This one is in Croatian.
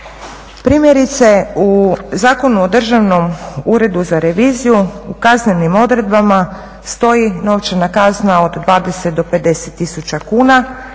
Primjerice u Zakonu o Državnom uredu za reviziju u kaznenim odredbama stoji novčana kazna od 20 do 50 tisuća